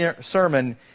sermon